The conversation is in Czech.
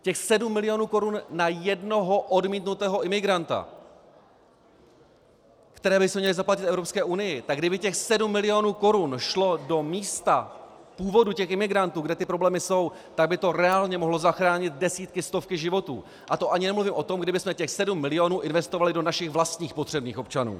Těch 7 milionů korun na jednoho odmítnutého imigranta, které bychom měli zaplatit Evropské unii, tak kdyby těch 7 milionů korun šlo do místa původu těch imigrantů, kde ty problémy jsou, tak by to reálně mohlo zachránit desítky, stovky životů, a to ani nemluvím o tom, kdybychom těch 7 milionů investovali do našich vlastních potřebných občanů.